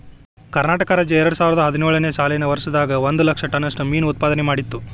ಕರ್ನಾಟಕ ರಾಜ್ಯ ಎರಡುಸಾವಿರದ ಹದಿನೇಳು ನೇ ಸಾಲಿನ ವರ್ಷದಾಗ ಒಂದ್ ಲಕ್ಷ ಟನ್ ನಷ್ಟ ಮೇನು ಉತ್ಪಾದನೆ ಮಾಡಿತ್ತು